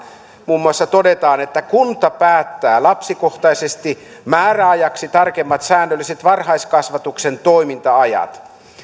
muun muassa todetaan että kunta päättää lapsikohtaisesti määräajaksi tarkemmat säännölliset varhaiskasvatuksen toiminta ajat